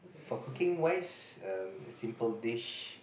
for cooking wise um simple dish